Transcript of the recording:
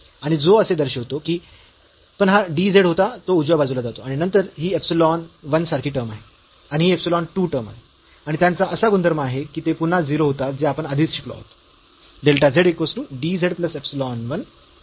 आणि जो असे दर्शवितो की पण हा dz होता जो उजव्या बाजुला जातो आणि नंतर ही इप्सिलॉन 1 सारखी टर्म आहे आणि ही इप्सिलॉन 2 टर्म आहे आणि त्यांचा असा गुणधर्म आहे की ते पुन्हा 0 होतात जे आपण आधीच शिकलो आहोत